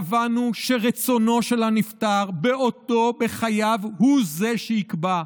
קבענו שרצונו של הנפטר בעודו בחייו הוא שיקבע,